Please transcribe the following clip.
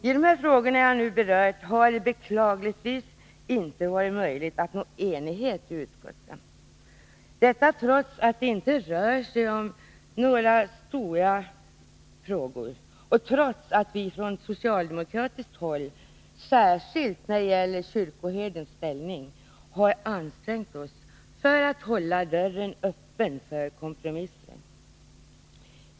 I de frågor som jag nu berört har det beklagligtvis inte varit möjligt att nå enighet i utskottet, detta trots att det inte rör sig om några riktigt stora frågor och trots att vi från socialdemokratiskt håll, särskilt i fråga om kyrkoherdens ställning, har ansträngt oss att hålla dörren öppen för kompromisser.